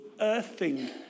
earthing